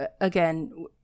Again